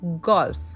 golf